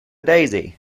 daisy